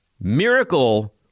Miracle